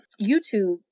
YouTube